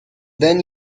then